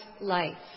life